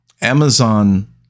Amazon